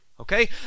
okay